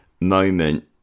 moment